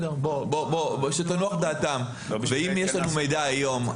אם יש לנו מידע היום,